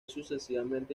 sucesivamente